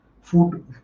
food